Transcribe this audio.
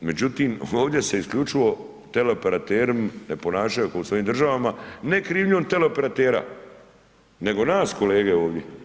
Međutim, ovdje se isključivo teleoperaterima ne ponašaju kao u svojim državama, ne krivoj teleoperatera, nego nas kolege, ovdje.